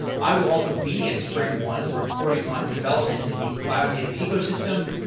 i will also be at springone reporting on developments in the cloud-native ecosystem.